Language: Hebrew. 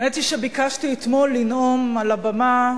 האמת היא שביקשתי אתמול לנאום על הבמה,